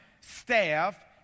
staff